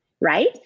right